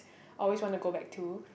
always wanna go back to